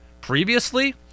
previously